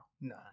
no